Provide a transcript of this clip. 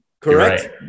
Correct